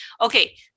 okay